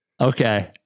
Okay